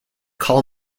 call